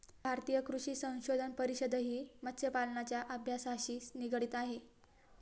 भारतीय कृषी संशोधन परिषदही मत्स्यपालनाच्या अभ्यासाशी निगडित आहे